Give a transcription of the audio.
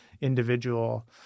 individual